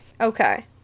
Okay